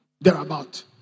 thereabout